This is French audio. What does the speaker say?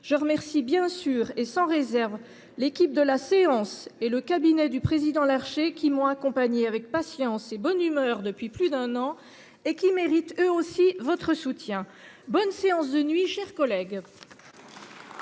Je remercie bien sûr, et sans réserve, l’équipe de la séance et le cabinet du président Larcher, qui m’ont accompagnée avec patience et bonne humeur depuis plus d’un an et qui méritent eux aussi votre soutien. La parole est à Mme le